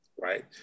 right